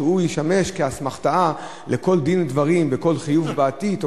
שישמש כאסמכתה לכל דין ודברים ולכל חיוב בעתיד או